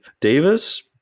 Davis